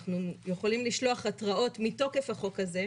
אנחנו יכולים לשלוח התראות מתוקף החוק הזה,